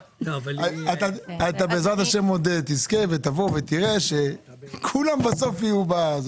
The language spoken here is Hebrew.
בעזרת השם תזכה ותראה שכולם בסוף יהיו בצד